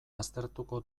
aztertuko